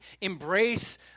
embrace